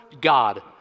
God